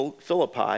philippi